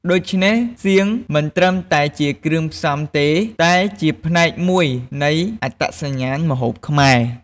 ដូច្នេះ សៀងមិនត្រឹមតែជាគ្រឿងផ្សំទេ តែជាផ្នែកមួយនៃអត្តសញ្ញាណម្ហូបខ្មែរ។